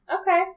okay